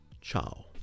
Ciao